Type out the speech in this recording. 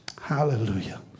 Hallelujah